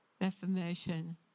reformation